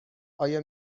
آیا